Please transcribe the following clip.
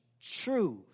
truth